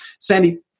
sandy